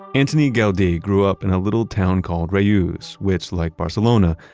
antoni gaudi grew up in a little town called reus which like barcelona,